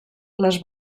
les